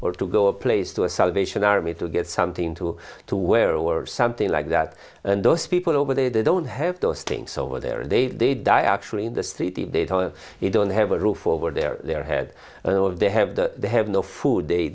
or to go a place to a salvation army to get something to to wear or something like that and those people over there they don't have those things over there are they they die actually in the city they don't they don't have a roof over their their head of they have have no food they